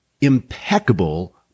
impeccable